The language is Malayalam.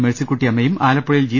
മേഴ്സിക്കുട്ടിയമ്മയും ആലപ്പുഴയിൽ ജി